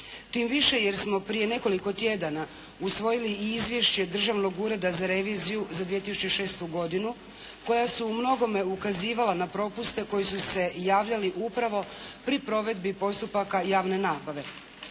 Tim više jer smo prije nekoliko tjedana usvojili i Izvješće Državnog ureda za reviziju za 2006. godinu koja su u mnogome ukazivala na propuste koji su se javljali upravo pri provedbi postupaka javne nabave.